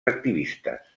activistes